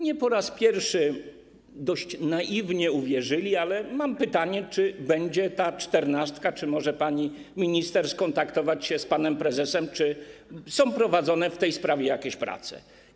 Nie po raz pierwszy dość naiwnie uwierzyli, ale mam pytanie: Czy będzie ta czternastka, czy może pani minister skontaktować się z panem prezesem, czy są prowadzone w tej sprawie jakieś prace?